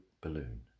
balloon